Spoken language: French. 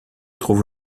trouve